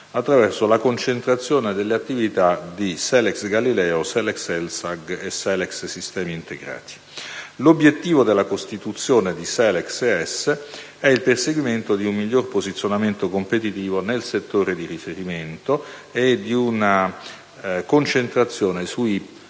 attraverso la concentrazione delle attività di Selex Galileo, Selex Elsag e Selex sistemi integrati. L'obiettivo della costituzione di Selex ES è il perseguimento di un migliore posizionamento competitivo nel settore di riferimento e di una concentrazione sui